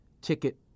ticket